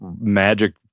magic